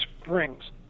Springs